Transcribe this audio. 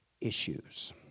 issues